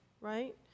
right